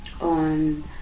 on